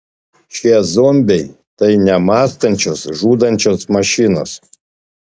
šie zombiai tai nemąstančios žudančios mašinos